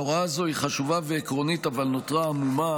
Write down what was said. ההוראה הזאת חשובה ועקרונית, אולם נותרה עמומה.